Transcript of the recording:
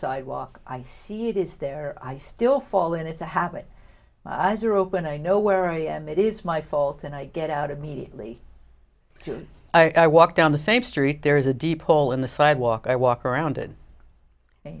sidewalk i see it is there i still fall in it's a habit and i know where i am it is my fault and i get out immediately i walk down the same street there is a deep hole in the sidewalk i walk around it and